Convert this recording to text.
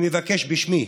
אני מבקש בשמי